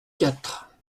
quatre